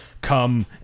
come